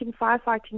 firefighting